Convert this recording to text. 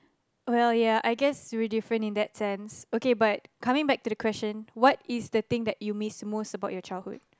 well ya I guess we different in that sense okay but coming back to the question what is the thing that you miss most about your childhood